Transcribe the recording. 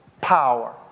power